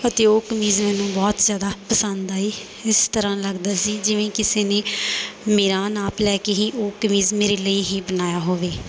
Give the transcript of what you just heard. ਅਤੇ ਉਹ ਕਮੀਜ਼ ਮੈਨੂੰ ਬਹੁਤ ਜ਼ਿਆਦਾ ਪਸੰਦ ਆਈ ਇਸ ਤਰ੍ਹਾਂ ਲੱਗਦਾ ਸੀ ਜਿਵੇਂ ਕਿਸੇ ਨੇ ਮੇਰਾ ਨਾਪ ਲੈ ਕੇ ਹੀ ਉਹ ਕਮੀਜ਼ ਮੇਰੇ ਲਈ ਹੀ ਬਣਾਇਆ ਹੋਵੇ